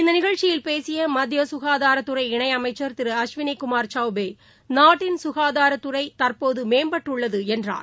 இந்தநிகழ்ச்சியியில் பேசியமத்தியசுகாதாரத்துறை இணைஅமைச்சள் திரு அஸ்வினிகுமார் சௌபே நாட்டின் சுகாதாரத் துறை தற்போதுமேம்பட்டுள்ளதுஎன்றார்